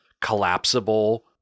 collapsible